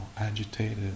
agitated